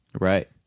Right